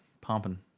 pumping